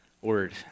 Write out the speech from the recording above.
word